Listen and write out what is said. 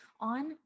on